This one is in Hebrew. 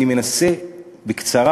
אני מנסה בקצרה,